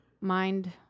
mind